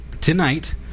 Tonight